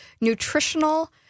nutritional